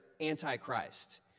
anti-Christ